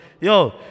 Yo